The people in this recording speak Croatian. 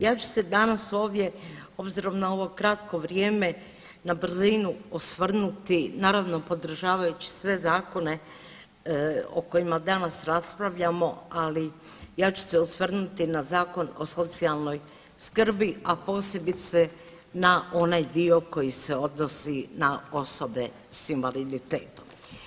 Ja ću se danas ovdje obzirom na ovo kratko vrijeme na brzinu osvrnuti naravno podržavajući sve zakone o kojima danas raspravljamo, ali ja ću se osvrnuti na Zakon o socijalnoj skrbi, a posebice na onaj dio koji se odnosi na osobe s invaliditetom.